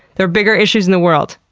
there are bigger issues in the world.